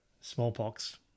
Smallpox